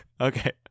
Okay